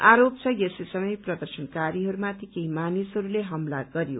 आरोप छ यसै समय प्रदर्शनकारीहरूमाथि केही मानिसहरूले हमला गरयो